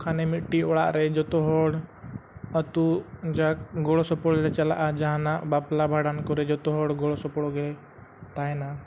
ᱠᱷᱟᱱᱮ ᱢᱤᱫᱴᱟᱝ ᱚᱲᱟᱜᱨᱮ ᱡᱚᱛᱚ ᱦᱚᱲ ᱟᱹᱛᱩ ᱡᱟᱠ ᱜᱚᱲᱚ ᱥᱚᱯᱚᱦᱚᱫ ᱞᱮ ᱪᱟᱞᱟᱜᱼᱟ ᱡᱟᱦᱟᱱᱟᱜ ᱵᱟᱯᱞᱟ ᱵᱷᱟᱸᱰᱟᱱ ᱠᱚᱨᱮ ᱡᱚᱛᱚ ᱦᱚᱲ ᱜᱚᱲᱚ ᱥᱚᱯᱚᱦᱚᱫ ᱜᱮ ᱛᱟᱦᱮᱱᱟ